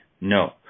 No